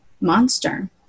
monster